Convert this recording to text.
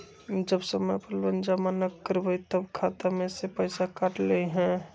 जब समय पर लोन जमा न करवई तब खाता में से पईसा काट लेहई?